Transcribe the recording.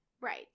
right